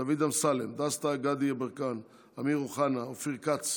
דוד אמסלם, דסטה גדי יברקן, אמיר אוחנה, אופיר כץ,